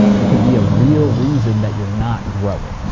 and it could be a real reason that you're not growing.